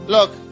Look